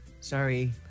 Sorry